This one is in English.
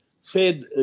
Fed